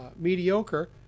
mediocre